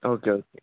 okay okay